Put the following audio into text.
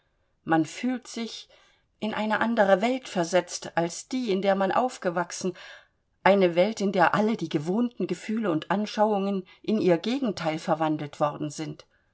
man fühlt sich in eine andere welt versetzt als die in der man aufgewachsen eine welt in der alle die gewohnten gefühle und anschauungen in ihr gegenteil verwandelt worden sind